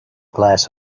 glass